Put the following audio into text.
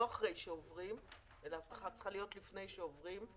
לא אחרי שעוברים אלא ההבטחה צריכה להיות לפני שעוברים,